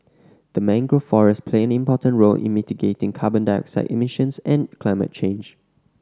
the mangrove forests play an important role in mitigating carbon dioxide emissions and climate change